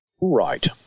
Right